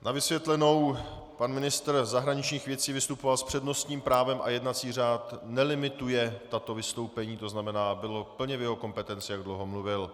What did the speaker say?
Na vysvětlenou pan ministr zahraničních věcí vystupoval s přednostním právem a jednací řád nelimituje tato vystoupení, to znamená, bylo plně v jeho kompetenci, jak dlouho mluvil.